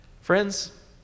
Friends